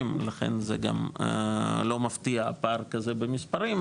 לכן זה גם לא מפתיע הפר הזה במספרים,